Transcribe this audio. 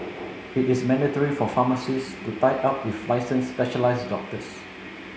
it is mandatory for pharmacies to tie up with licensed specialised doctors